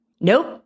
Nope